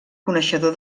coneixedor